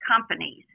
companies